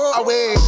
away